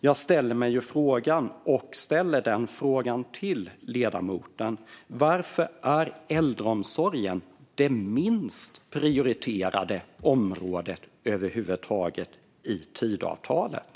Jag ställer mig en fråga, och den ställer jag också till ledamoten: Varför är äldreomsorgen det minst prioriterade området över huvud taget i Tidöavtalet?